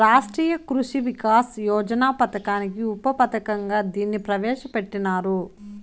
రాష్ట్రీయ కృషి వికాస్ యోజన పథకానికి ఉప పథకంగా దీన్ని ప్రవేశ పెట్టినారు